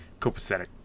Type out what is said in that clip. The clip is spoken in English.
copacetic